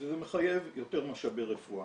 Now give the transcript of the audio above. וזה מחייב יותר משאבי רפואה.